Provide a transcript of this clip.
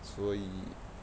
所以